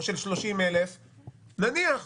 או של 30,000 נניח,